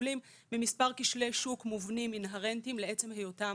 סובלים ממספר כשלי שוק מובנים אינהרנטיים לעצם היותם